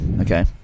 Okay